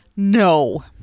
No